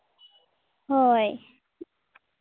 ᱦᱳᱭ